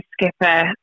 skipper